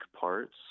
parts